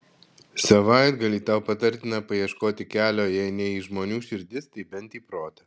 savaitgalį tau patartina paieškoti kelio jei ne į žmonių širdis tai bent į protą